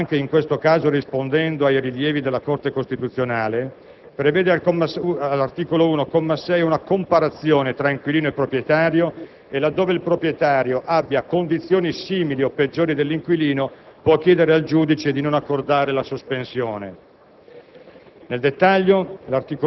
Il decreto-legge, anche in questo caso rispondendo ai rilievi della Corte costituzionale, prevede all'articolo 1, comma 6, una comparazione tra inquilino e proprietario e, laddove il proprietario abbia condizioni simili o peggiori dell'inquilino, egli può chiedere al giudice di non accordare la sospensione.